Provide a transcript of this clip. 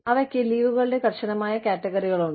അവയ്ക്ക് ലീവ്കളുടെ കർശനമായ കാറ്റഗറികളുണ്ട്